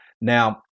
Now